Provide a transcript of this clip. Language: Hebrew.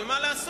אבל מה לעשות?